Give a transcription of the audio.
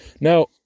Now